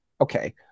okay